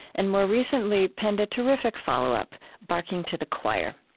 and more recently, penned a terrific follow-up, barking to the choir.